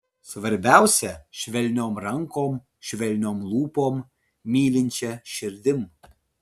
svarbiausia švelniom rankom švelniom lūpom mylinčia širdim